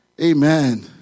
Amen